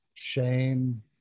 shame